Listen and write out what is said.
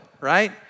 right